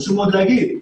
חשוב להגיד,